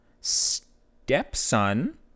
stepson